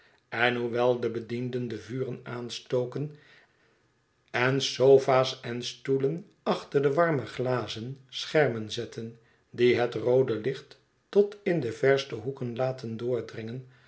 en hoewel de bedienden de vuren aanstoken en sofa's en stoelen achter de warme glazen schermen zetten die het roode licht tot in de verste hoeken laten doordringen